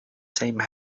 same